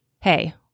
hey